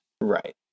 Right